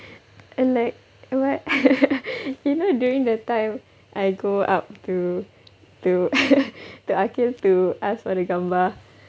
and like what you know during the time I go up to to to aqil to ask for the gambar